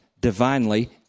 divinely